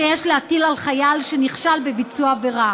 שיש להטיל על חייל שנכשל בביצוע עבירה.